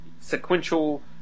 sequential